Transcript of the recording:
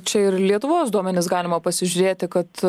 čia ir lietuvos duomenis galima pasižiūrėti kad